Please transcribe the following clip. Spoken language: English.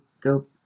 go